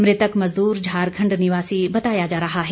मृतक मजदूर झारखंड निवासी बताया जा रहा है